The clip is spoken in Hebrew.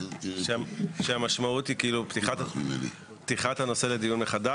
המשמעות היא פתיחת הנושא לדיון מחדש.